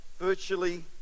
virtually